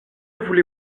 voulez